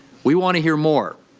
we want to hear more,